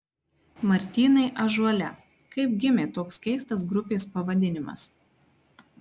martynai ąžuole kaip gimė toks keistas grupės pavadinimas